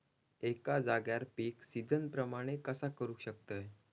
एका जाग्यार पीक सिजना प्रमाणे कसा करुक शकतय?